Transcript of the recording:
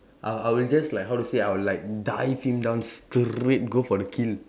I I will just like how to say I'll like dive him down straight go for the kill